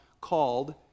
called